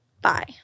Bye